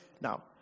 Now